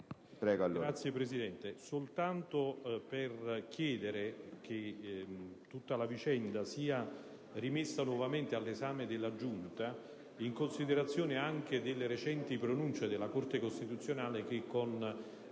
intervengo soltanto per chiedere che tutta la vicenda sia rimessa nuovamente all'esame della Giunta, in considerazione anche delle recenti pronunce della Corte costituzionale, che con